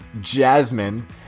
Jasmine